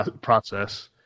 process